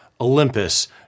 Olympus